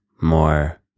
more